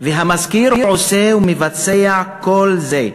והמזכיר מבצע כל זה,